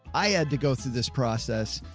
i had to go through this process.